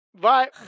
Bye